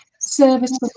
service